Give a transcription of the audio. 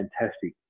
fantastic